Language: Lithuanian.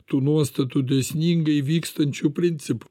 tų nuostatų dėsningai vykstančių principų